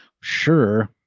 sure